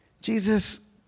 Jesus